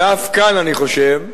ואף כאן אני חושב,